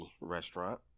restaurant